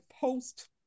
post